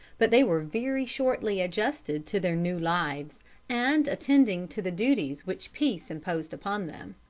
but they were very shortly adjusted to their new lives and attending to the duties which peace imposed upon them.